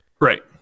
Right